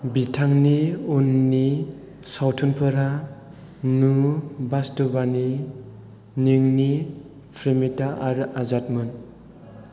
बिथांनि उननि सावथुनफोरा नु वास्तवानी निन्नि प्रेमिता आरो आजादमोन